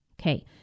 Okay